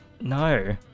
no